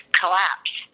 collapse